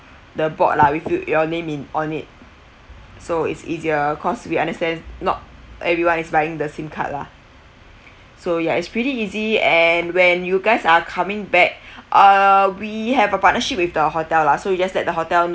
the board lah with you your name in on it so it's easier cause we understand not everyone is buying the sim card lah so ya it's pretty easy and when you guys are coming back uh we have a partnership with the hotel lah so it just that the hotel